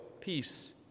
peace